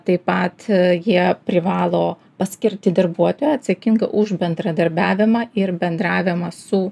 taip pat jie privalo paskirti darbuotoją atsakingą už bendradarbiavimą ir bendravimą su